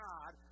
God